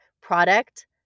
product